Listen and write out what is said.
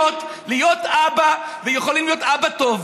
להיות אבות והם יכולים להיות אבות טובים.